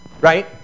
right